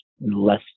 less